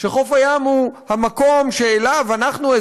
שחוף הים הוא המקום שאליו אנחנו,